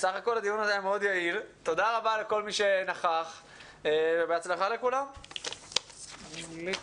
תודה רבה לכולם, הישיבה נעולה.